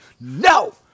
No